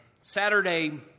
Saturday